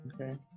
Okay